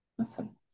Awesome